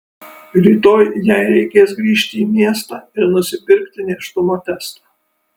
rytoj jai reikės grįžti į miestą ir nusipirkti nėštumo testą